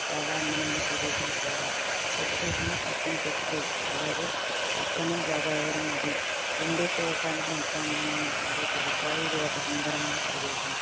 చాలా అందమైన ప్రదేశం కూడా ఎటు చూసినా పచ్చని చెట్లు అలాగే పక్కన గోదావరి నది రెండు చూడడానికి ఎంత అందంగా ఉంటుందో తెలుసా ఇది ఒక సుందరమైన ప్రదేశం